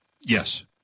Yes